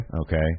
Okay